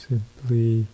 simply